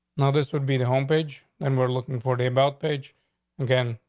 now, this would be the home page, and we're looking for the about page again.